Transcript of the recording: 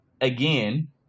again